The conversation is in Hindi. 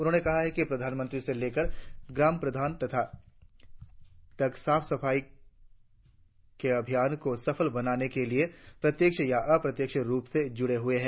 उन्होंने कहा कि प्रधानमंत्री से लेकर ग्राम प्रधान तक साफ सफाई के अभियान को सफल बनाने के लिए प्रत्यक्ष या अप्रत्यक्ष रुप से जुड़े हुए हैं